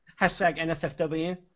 NSFW